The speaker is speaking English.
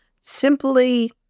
simply